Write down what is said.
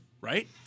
right